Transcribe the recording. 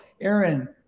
Aaron